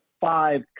five